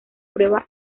prueba